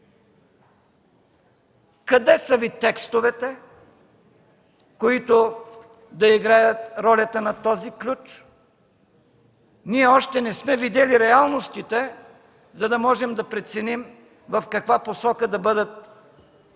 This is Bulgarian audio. Къде са Ви текстовете, които да играят ролята на този ключ? Ние още не сме видели реалностите, за да можем да преценим в каква посока да бъдат реформите